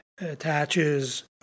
attaches